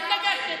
התנגדתם.